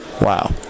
Wow